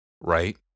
right